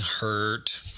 hurt